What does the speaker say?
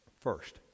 First